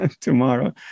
tomorrow